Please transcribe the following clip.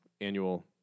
Annual